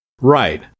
Right